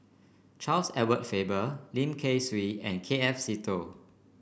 Charles Edward Faber Lim Kay Siu and K F Seetoh